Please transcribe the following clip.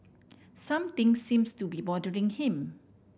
something seems to be bothering him